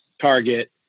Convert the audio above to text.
target